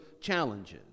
challenges